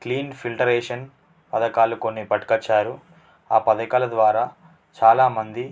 clean filtration పథకాలు కొన్ని పట్టుకొచ్చారు ఆ పథకాల ద్వారా చాలామంది